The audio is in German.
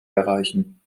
erreichen